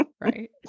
right